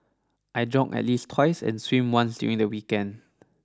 I jog at least twice and swim once during the weekend